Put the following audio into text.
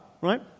right